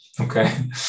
Okay